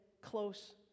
close